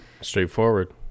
straightforward